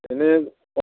এনে